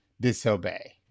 disobey